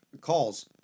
Calls